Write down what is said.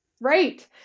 Right